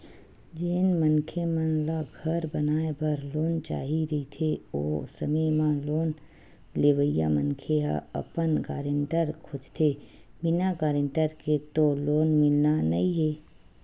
जेन मनखे मन ल घर बनाए बर लोन चाही रहिथे ओ समे म लोन लेवइया मनखे ह अपन गारेंटर खोजथें बिना गारेंटर के तो लोन मिलना नइ हे